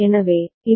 RESET R0